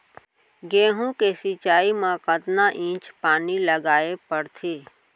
गेहूँ के सिंचाई मा कतना इंच पानी लगाए पड़थे?